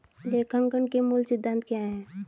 लेखांकन के मूल सिद्धांत क्या हैं?